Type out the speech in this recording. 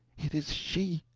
it is she!